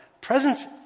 presence